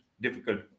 difficult